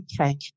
Okay